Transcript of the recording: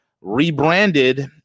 rebranded